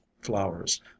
flowers